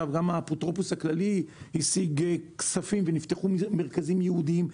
גם האפוטרופוס הכללי השיג כספים ונפתחו מרכזים ייעודיים למהמרים.